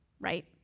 right